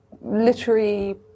literary